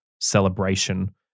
celebration